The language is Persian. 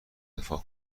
دفاع